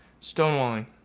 stonewalling